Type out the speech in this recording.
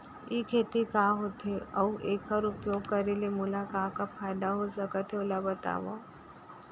ई खेती का होथे, अऊ एखर उपयोग करे ले मोला का का फायदा हो सकत हे ओला बतावव?